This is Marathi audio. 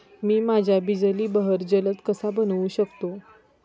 मी माझ्या बिजली बहर जलद कसा बनवू शकतो?